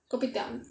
kopitiam